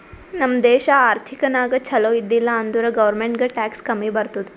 ನಮ್ ದೇಶ ಆರ್ಥಿಕ ನಾಗ್ ಛಲೋ ಇದ್ದಿಲ ಅಂದುರ್ ಗೌರ್ಮೆಂಟ್ಗ್ ಟ್ಯಾಕ್ಸ್ ಕಮ್ಮಿ ಬರ್ತುದ್